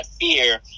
fear –